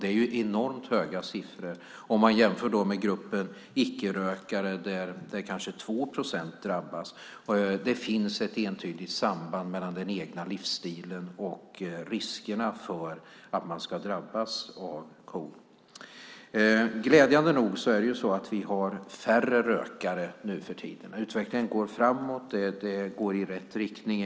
Det handlar om enormt höga siffror jämfört med gruppen icke-rökare där kanske 2 procent drabbas. Det finns ett entydigt samband mellan den egna livsstilen och risken att drabbas av KOL. Glädjande nog har vi nu för tiden färre rökare. Utvecklingen går framåt och i rätt riktning.